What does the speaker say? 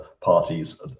parties